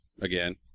again